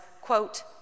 quote